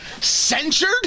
Censured